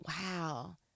wow